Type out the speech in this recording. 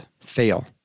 fail